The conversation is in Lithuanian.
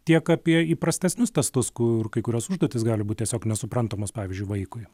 tiek apie įprastesnius testus kur kai kurios užduotys gali būt tiesiog nesuprantamos pavyzdžiui vaikui